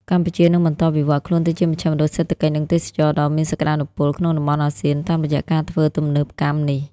កម្ពុជានឹងបន្តវិវត្តខ្លួនទៅជាមជ្ឈមណ្ឌលសេដ្ឋកិច្ច និងទេសចរណ៍ដ៏មានសក្ដានុពលក្នុងតំបន់អាស៊ាន តាមរយៈការធ្វើទំនើបកម្មនេះ។